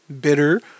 Bitter